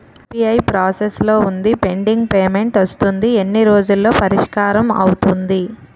UPI process లో వుంది pending payment వస్తుంది ఎన్ని రోజుల్లో పరిష్కారం అవుతుంది